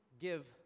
give